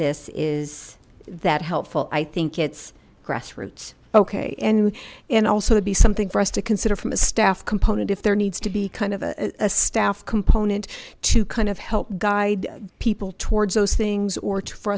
this is that helpful i think it's grassroots okay and and also would be something for us to consider from a staff component if there needs to be kind of a staff component to kind of help guide people towards those things or